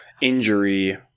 injury